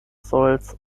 soils